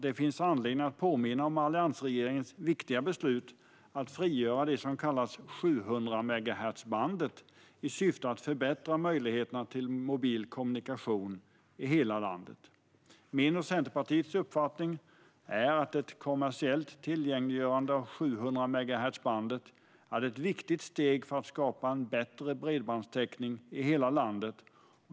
Det finns anledning att påminna om alliansregeringens viktiga beslut att frigöra det som kallas 700-megahertzbandet i syfte att förbättra möjligheterna till mobil kommunikation i hela landet. Min och Centerpartiets uppfattning är att ett kommersiellt tillgängliggörande av 700-megahertzbandet är ett viktigt steg för att skapa en bättre bredbandstäckning i hela landet.